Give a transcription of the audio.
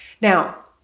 Now